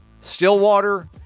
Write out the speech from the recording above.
Stillwater